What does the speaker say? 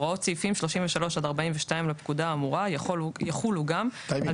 הוראות סעיפים 33 עד 42 לפקודה האמורה יחולו גם על